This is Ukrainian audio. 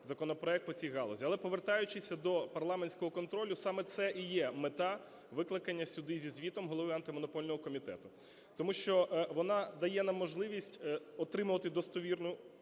законопроект по цій галузі. Але, повертаючись до парламентського контролю, саме це і є мета викликання сюди зі звітом Голови Антимонопольного комітету, тому що вона дає нам можливість отримувати достовірну